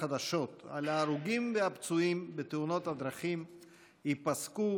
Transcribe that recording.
חדשות על ההרוגים והפצועים בתאונות הדרכים ייפסקו